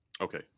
Okay